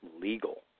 legal